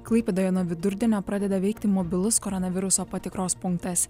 klaipėdoje nuo vidurdienio pradeda veikti mobilus koronaviruso patikros punktas